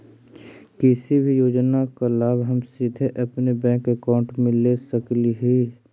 किसी भी योजना का लाभ हम सीधे अपने बैंक अकाउंट में ले सकली ही?